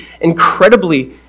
incredibly